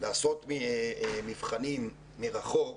לעשות מבחנים מרחוק,